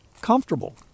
comfortable